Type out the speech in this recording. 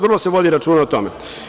Vrlo se vodi računa o tome.